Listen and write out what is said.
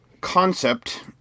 concept